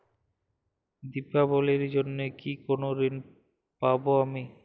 দীপাবলির জন্য কি কোনো ঋণ পাবো আমি?